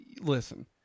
listen